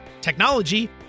technology